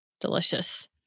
Delicious